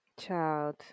Child